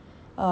uh